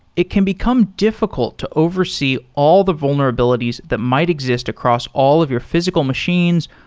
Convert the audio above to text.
it can become diffi cult to oversee all the vulnerabilities that might exist across all of your physical machines,